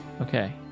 Okay